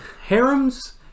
harems